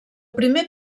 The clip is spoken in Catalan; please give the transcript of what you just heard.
primer